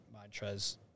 mantras